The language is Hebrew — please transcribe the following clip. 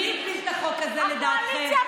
מי הפיל את החוק הזה, לדעתכם?